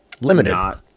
limited